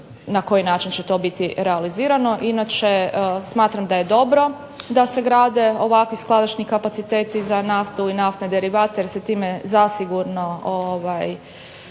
na koji način će to biti realizirano. Inače smatram da je dobro da se grade ovakvi skladišni kapaciteti za naftu i naftne derivate jer se time zasigurno